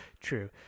True